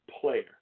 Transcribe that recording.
player